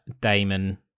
Damon